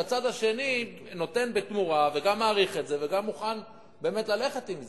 הצד השני נותן תמורה וגם מעריך את זה וגם מוכן ללכת עם זה,